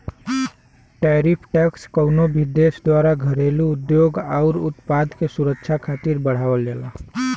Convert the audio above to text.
tariff tax कउनो भी देश द्वारा घरेलू उद्योग आउर उत्पाद के सुरक्षा खातिर बढ़ावल जाला